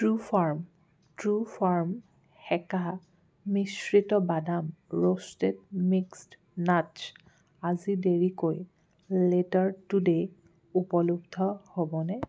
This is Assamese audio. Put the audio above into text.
ট্ৰুফাৰ্ম সেকা মিশ্ৰিত বাদাম আজি দেৰিকৈ উপলব্ধ হ'বনে